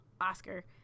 Oscar